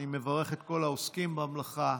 אני מברך את כל העוסקים במלאכה,